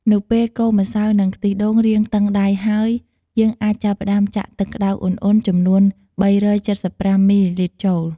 នៅពេលកូរម្សៅ និងខ្ទិះដូងរាងតឹងដៃហើយ យើងអាចចាប់ផ្ដើមចាក់ទឹកក្ដៅឧណ្ហៗចំនួន ៣៧៥ មីលីលីត្រចូល។